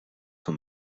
son